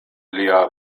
lia